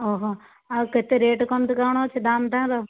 ଓହୋ ଆଉ କେତେ ରେଟ୍ କେମିତି କ'ଣ ଅଛି ଦାମ୍ ତା'ର